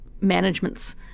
managements